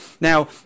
Now